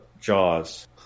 Jaws